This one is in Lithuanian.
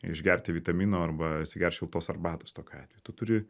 išgerti vitamino arba atsigert šiltos arbatos tokiu atveju tu turi